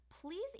Please